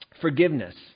Forgiveness